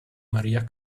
maria